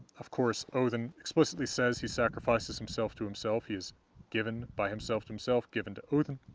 of course, odinn explicitly says he sacrifices himself to himself he is given by himself to himself, given to odinn.